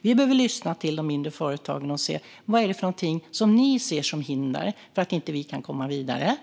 Vi behöver lyssna till de mindre företagen för att få reda på vad de ser som hinder för att kunna komma vidare